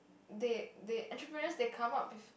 they they entrepreneurs they come up with